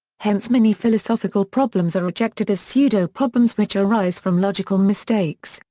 hence many philosophical problems are rejected as pseudo-problems which arise from logical mistakes,